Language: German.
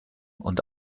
und